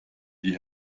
die